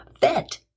vet